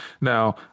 Now